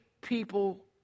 People